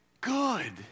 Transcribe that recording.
good